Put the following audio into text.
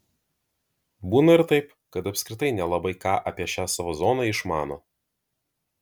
būna ir taip kad apskritai nelabai ką apie šią savo zoną išmano